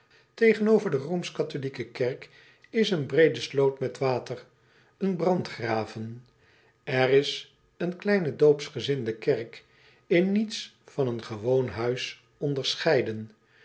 egenover de kerk is een breede sloot met water een brandgraven r is een kleine oopsgezinde kerk in niets van een gewoon huis onderscheiden